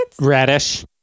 radish